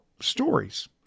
stories